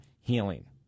healing